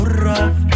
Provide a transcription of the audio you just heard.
rough